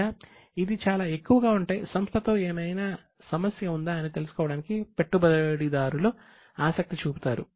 లేదా ఇది చాలా ఎక్కువగా ఉంటే సంస్థతో ఏదైనా సమస్య ఉందా అని తెలుసుకోవటానికి పెట్టుబడిదారులు ఆసక్తి చూపుతారు